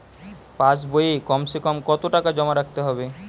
পাশ বইয়ে কমসেকম কত টাকা জমা রাখতে হবে?